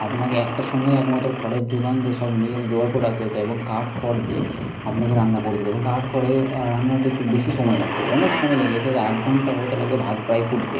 আপনাকে একটা সময় একমাত্র খড়ের জোগান দিয়ে সব নিয়ে এসে জোগাড় করে রাখতে হতো এবং কাঠ খড় দিয়ে আপনাকে রান্না করতে এবং কাঠ খড়ে রান্না হতে একটু বেশি সময় লাগত অনেক সময় লেগে যেত এক ঘণ্টা হতে লাগত ভাত প্রায় ফুটতে